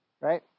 right